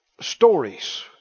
stories